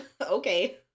Okay